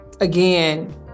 again